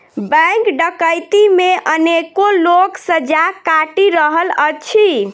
bank डकैती मे अनेको लोक सजा काटि रहल अछि